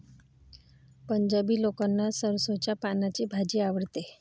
पंजाबी लोकांना सरसोंच्या पानांची भाजी आवडते